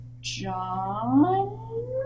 John